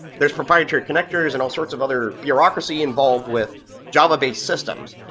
there's proprietary connectors, and all sorts of other bureaucracy involved with java-based systems,